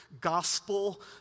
gospel